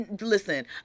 listen